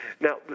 Now